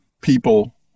people